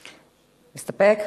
מסתפק?